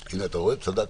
הינה, אתה רואה, צדקתי.